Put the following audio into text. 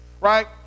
Right